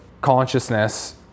consciousness